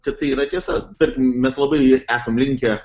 kad tai yra tiesa tarkim mes labai esam linkę